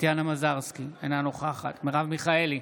טטיאנה מזרסקי, אינה נוכחת מרב מיכאלי,